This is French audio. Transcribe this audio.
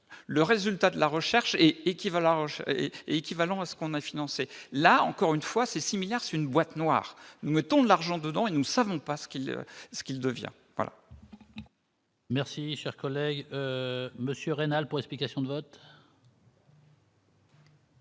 le résultat de la recherche et équivalent et équivalent à ce qu'on a financé la encore une fois, c'est 6 milliards c'est une boîte noire, nous mettons de l'argent dedans et nous ne savons pas ce qu'il ce qu'il devient. Merci, cher collègue Monsieur Reina le pot, explications de vote.